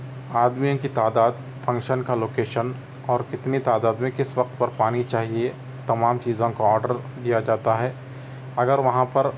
آدمیوں کی تعداد فنکشن کا لوکیشن اور کتنی تعداد میں کس وقت پر پانی چاہئے تمام چیزوں کا آرڈر دیا جاتا ہے اگر وہاں پر